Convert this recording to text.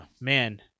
Man